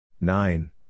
Nine